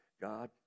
God